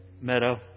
Meadow